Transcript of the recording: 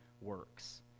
works